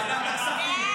בוועדת הכספים.